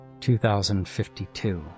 2052